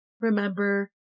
Remember